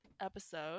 episode